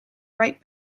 right